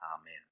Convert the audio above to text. Amen